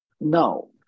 No